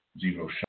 Zero